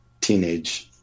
teenage